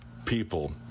people